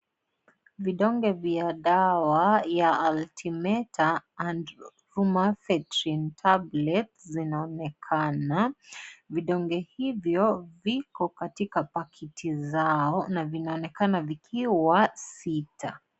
Vidonge vya dawa ya Altemetarutrin tablets zinaonekana. Vidonge hivyo viko katika pakiti zao na vinaonekana vikiwa sita.